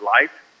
life